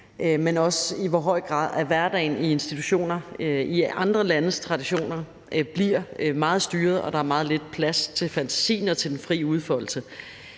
men også i hvor høj grad hverdagen i institutioner med andre landes traditioner bliver meget styret, og at der er meget lidt plads til fantasien og til den frie udfoldelse.